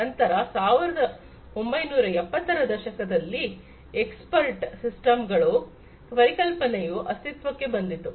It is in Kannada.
ನಂತರ 1970 ರ ದಶಕದಲ್ಲಿ ಎಕ್ಸ್ಪರ್ಟ್ ಸಿಸ್ಟಂಗಳ ಪರಿಕಲ್ಪನೆಯು ಅಸ್ತಿತ್ವಕ್ಕೆ ಬಂದಿತು